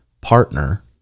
partner